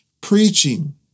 preaching